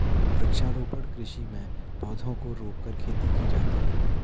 वृक्षारोपण कृषि में पौधों को रोंपकर खेती की जाती है